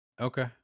okay